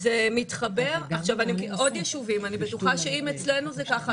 אני בטוחה שאם אצלנו זה ככה,